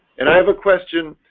and i have a question.